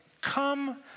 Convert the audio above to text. Come